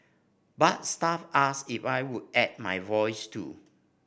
but staff asked if I would add my voice too